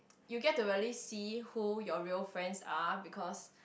you get to really see who your real friends are because